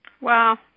Wow